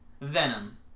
Venom